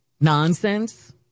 nonsense